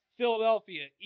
Philadelphia